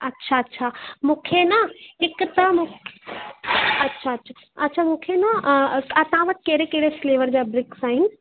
अच्छा अच्छा मूंखे न हिकु त अच्छा अच्छा अच्छा मूंखे न अ तव्हां वटि कहिड़े कहिड़े फ्लेवर जा ब्रिक्स आहिनि